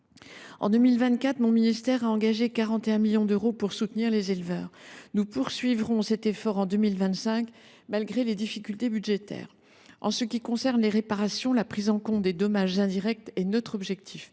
En 2024, mon ministère a engagé 41 millions d’euros pour soutenir les éleveurs. Nous poursuivrons cet effort en 2025, malgré les difficultés budgétaires. En ce qui concerne les réparations, la prise en compte des dommages indirects est notre objectif.